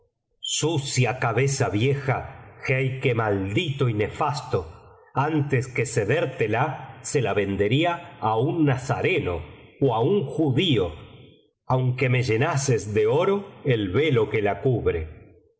sucia cabeza vieja jeique maldito y nefasto antes que cedértela se la vendería á un nazareno ó á un judío biblioteca valenciana generalitat valenciana historia de dulce amiga aunque me llenases de oro el velo que la cubre